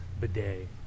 Bidet